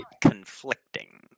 conflicting